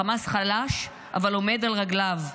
החמאס חלש אבל עומד על רגליו.